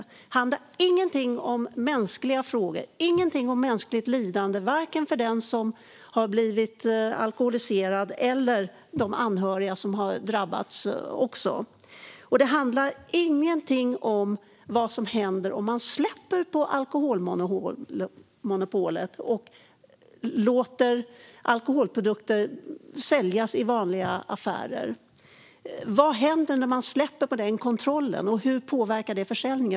Den handlar inget om mänskliga frågor eller om mänskligt lidande för den som är alkoholiserad och för de anhöriga som också drabbas. Rapporten innehåller heller inget om vad som händer om man släpper på alkoholmonopolet och låter alkoholprodukter säljas i vanliga affärer. Vad händer när man släpper på denna kontroll, och hur påverkar det försäljningen?